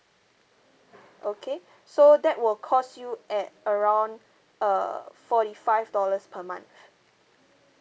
okay so that will cost you at around err forty five dollars per month